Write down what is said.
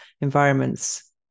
environments